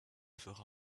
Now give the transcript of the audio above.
fera